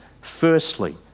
Firstly